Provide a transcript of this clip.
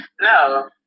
no